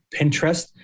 Pinterest